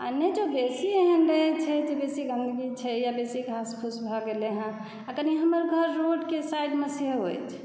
नहि जँ बेसी एहन रहै छै जे बेसी गन्दगी छै या बेसी घास फूस भऽ गेलै हँ आओर कनी हमर घर रोडके साइडमे सेहो अछि